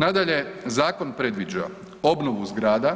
Nadalje, zakon predviđa obnovu zgrada,